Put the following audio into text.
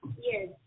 Yes